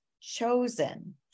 chosen